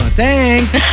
thanks